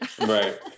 Right